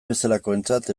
bezalakoentzat